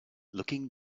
looking